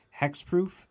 Hexproof